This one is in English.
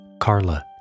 Carla